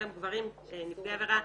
גם גברים נפגעי עבירה,